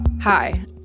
Hi